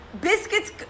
Biscuits